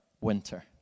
winter